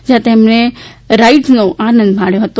જે તેમને રાઇડનો આનંદ માણ્યો હતો